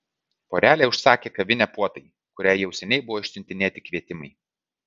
porelė užsakė kavinę puotai kuriai jau seniai buvo išsiuntinėti kvietimai